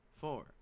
four